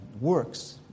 works